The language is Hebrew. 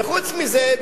וחוץ מזה,